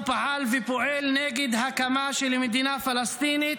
פעל ופועל נגד הקמה של מדינה פלסטינית,